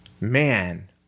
man